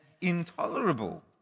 intolerable